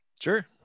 Sure